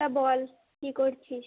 হ্যাঁ বল কী করছিস